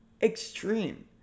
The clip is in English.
extreme